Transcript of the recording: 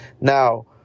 Now